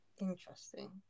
Interesting